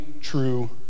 true